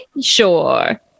Sure